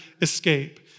escape